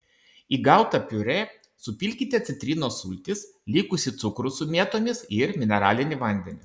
į gautą piurė supilkite citrinos sultis likusį cukrų su mėtomis ir mineralinį vandenį